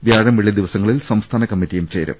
വ്യാഴം വെള്ളി ദിവസങ്ങളിൽ സംസ്ഥാന കമ്മറ്റിയും ചേരും